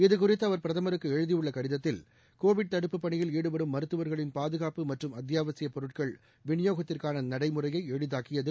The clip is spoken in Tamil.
இது குறித்து அவர் பிரதமருக்கு எழுதியுள்ள கடிதத்தில் கோவிட் தடுப்புப் பணியில் ஈடுபடும் மருத்துவர்களின் பாதுகாப்பு மற்றும் அத்தியாவசியப் பொருட்கள் விநியோகத்திற்கான நடைமுறையை எளிதாக்கியது